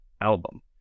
album